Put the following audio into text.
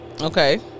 Okay